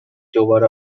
دوباره